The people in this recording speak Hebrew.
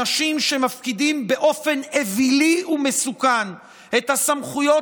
אנשים שמפקידים באופן אווילי ומסוכן את הסמכויות